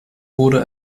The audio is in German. wurde